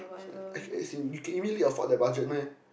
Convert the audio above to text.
as as in you can immediately afford that budget meh